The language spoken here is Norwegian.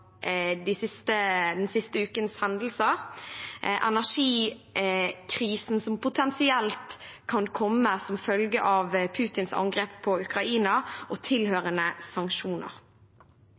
den siste ukens hendelser, energikrisen som potensielt kan komme som følge av Putins angrep på Ukraina, og